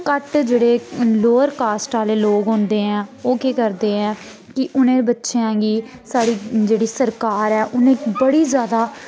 घट्ट जेह्ड़े lower caste आह्ले लोक होंदे ऐ ओह् केह् करदे ऐ कि उ'नें बच्चेआं गी साढ़ी जेह्ड़ी सरकार ऐ उ'नेंगी बड़ी जादा